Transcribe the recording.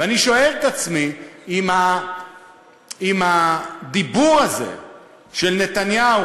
ואני שואל את עצמי אם הדיבור הזה של נתניהו,